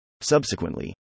Subsequently